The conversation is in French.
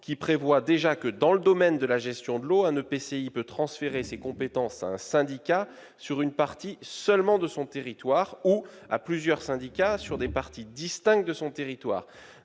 en vigueur, dans le domaine de la gestion de l'eau, un EPCI peut d'ores et déjà transférer ses compétences à un syndicat sur une partie seulement de son territoire, ou à plusieurs syndicats sur des parties distinctes de son territoire.